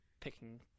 picking –